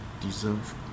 deserve